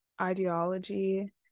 ideology